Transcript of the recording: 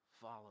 follow